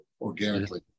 organically